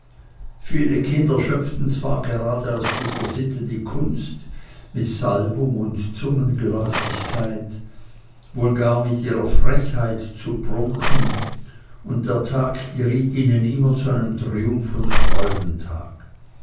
viele kinder schöpfen zwar gerade aus dieser sitte die kunst mit salbung und zungengeläufigkeit wohl gar mit ihrer frechheit zu prunken und der tag geriet ihnen immer zu einem triumph und freudentag